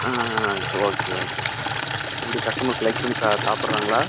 ஆ ஆ ஆ சேரி ஓகே ஓகேங்க எப்படி கஸ்டமர்ஸ் லைக் பண்ணி சா சாப்பிட்றாங்களா